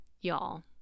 y'all